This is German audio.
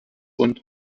und